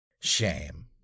Shame